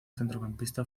centrocampista